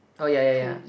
oh ya ya ya